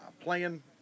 playing